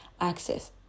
Access